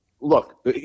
Look